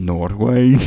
Norway